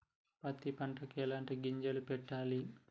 పత్తి పంటకి ఎలాంటి గింజలు పెట్టాలి?